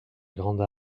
grande